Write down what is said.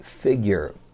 figure